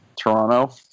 Toronto